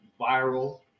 viral